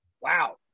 Wow